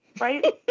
right